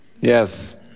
Yes